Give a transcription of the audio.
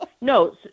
no